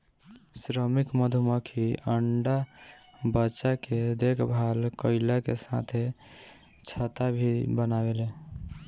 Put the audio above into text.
श्रमिक मधुमक्खी अंडा बच्चा के देखभाल कईला के साथे छत्ता भी बनावेले